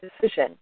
decision